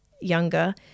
younger